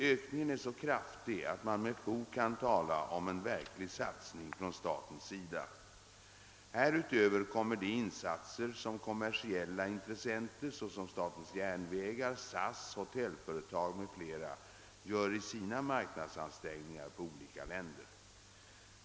Ökningen är så kraftig att man med fog kan tala om en verklig satsning från statens sida. Härutöver kommer de insatser, som kommersiella intressenter såsom statens järnvägar, SAS, hotellföretag m.fl., gör i sina marknadsansträngningar på olika länder.